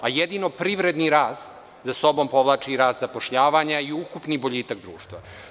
Jedino privredni rast za sobom povlači i rast zapošljavanja i ukupni boljitak društva.